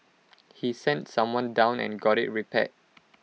he sent someone down and got IT repaired